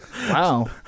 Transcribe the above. Wow